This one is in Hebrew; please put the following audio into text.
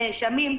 נאשמים,